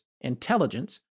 intelligence